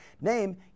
Name